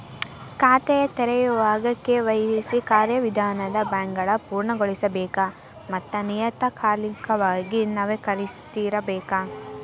ಖಾತೆನ ತೆರೆಯೋವಾಗ ಕೆ.ವಾಯ್.ಸಿ ಕಾರ್ಯವಿಧಾನನ ಬ್ಯಾಂಕ್ಗಳ ಪೂರ್ಣಗೊಳಿಸಬೇಕ ಮತ್ತ ನಿಯತಕಾಲಿಕವಾಗಿ ನವೇಕರಿಸ್ತಿರಬೇಕ